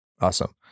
Awesome